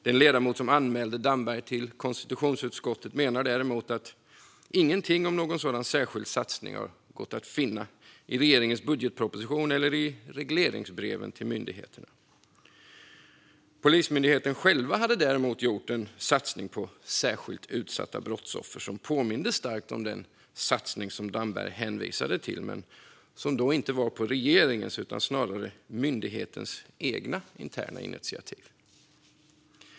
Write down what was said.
Den ledamot som anmälde Damberg till konstitutionsutskottet menar däremot att ingenting om någon sådan särskild satsning går att finna i regeringens budgetproposition eller i regleringsbreven till myndigheterna. Däremot har Polismyndigheten gjort en satsning på "särskilt utsatta brottsoffer" som påminner starkt om den satsning som Damberg hänvisade till men som inte är på regeringens utan snarare myndighetens eget interna initiativ.